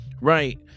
Right